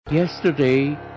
Yesterday